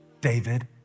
David